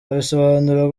abisobanura